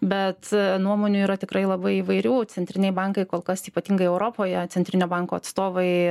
bet nuomonių yra tikrai labai įvairių centriniai bankai kol kas ypatingai europoje centrinio banko atstovai